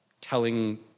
telling